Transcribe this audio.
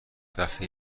دفعه